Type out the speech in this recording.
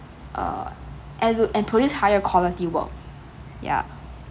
err and will and produce higher quality work ya